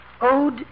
Ode